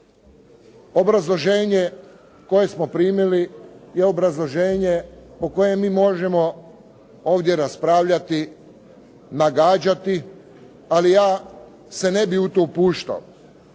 Obrazloženje koje smo primili je obrazloženje o kojem mi možemo ovdje raspravljati, nagađati, ali ja se ne bih u to upuštao.